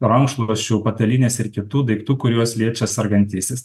rankšluosčių patalynės ir kitų daiktų kuriuos liečia sergantysis